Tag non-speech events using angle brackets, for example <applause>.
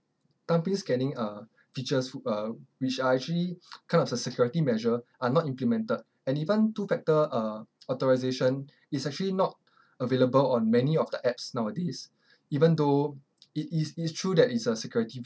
thumbprint scanning uh features uh which are actually <noise> kind of as a security measure are not implemented and even two factor uh authorisation is actually not available on many of the apps nowadays even though it it's it's true that it's a security